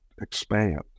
expand